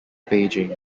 beijing